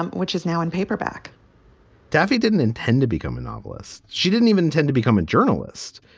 um which is now in paperback daffy didn't intend to become a novelist. she didn't even tend to become a journalist.